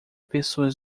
pessoas